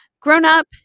grown-up